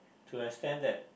to extent that